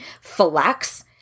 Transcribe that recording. flex